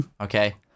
Okay